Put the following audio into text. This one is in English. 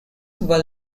were